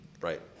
right